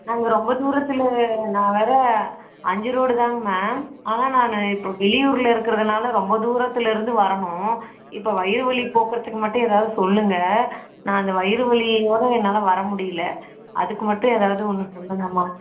நாங்கள் ரொம்ப தூரத்தில் நான் வேற அஞ்சு ரோடு தாங்க மேம் ஆனால் நான் இப்போ வெளியூரில் இருக்கிறதுனால ரொம்ப தூரத்திலேருந்து வரணும் இப்போ வயிறு வலி போக்குறத்துக்கு மட்டும் எதாவது சொல்லுங்கள் நான் அந்த வயிறு வலியோட என்னால் வர முடியல அதுக்கு மட்டும் எதாவது ஒன்று சொல்லுங்கம்மா